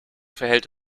verhält